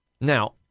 Now